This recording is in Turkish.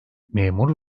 memur